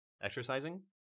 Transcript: exercising